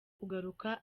kugaruka